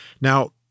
Now